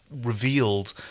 revealed